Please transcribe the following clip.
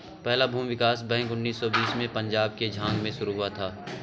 पहला भूमि विकास बैंक उन्नीस सौ बीस में पंजाब के झांग में शुरू हुआ था